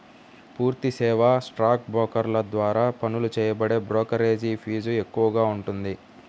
పూర్తి సేవా స్టాక్ బ్రోకర్ల ద్వారా వసూలు చేయబడే బ్రోకరేజీ ఫీజు ఎక్కువగా ఉంటుంది